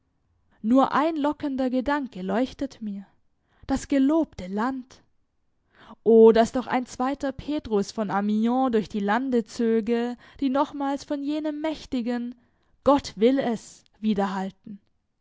nur ein lockender gedanke leuchtet mir das gelobte land o daß doch ein zweiter petrus von amiens durch die lande zöge die nochmals von jenem mächtigen gott will es